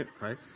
right